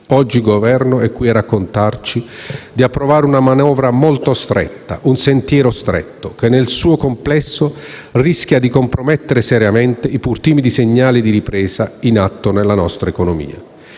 Oggi il Governo è qui a chiederci di approvare una manovra molto severa che segue un sentiero stretto che, nel suo complesso, rischia di compromettere seriamente i pur timidi segnali di ripresa in atto della nostra economia.